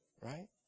right